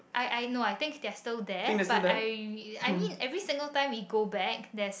I I know I think there are still there but I I mean every single time we go back there's